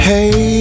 Hey